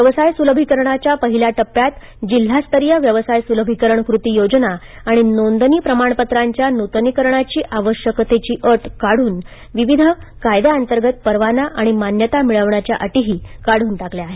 व्यवसाय सुलभीकरणाच्या पहिल्या टप्प्यात जिल्हा स्तरीय व्यवसाय सुलभीकरण कृती योजना आणि नोंदणी प्रमाणपत्रांच्या नूतनीकरणाची आवश्यकतेची अट काढून विविध कायद्याअंतर्गत परवाना आणि मान्यता मिळवण्याच्या अटी काढून टाकल्या आहेत